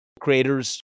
creators